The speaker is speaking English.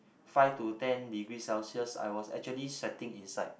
five to ten degree Celsius I was actually sweating inside